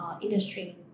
industry